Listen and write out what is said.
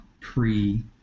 pre